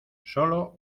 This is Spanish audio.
sólo